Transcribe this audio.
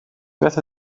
beth